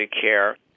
care